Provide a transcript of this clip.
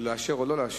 או לאשר או לא לאשר.